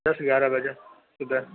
دس گیارہ بجے صُبح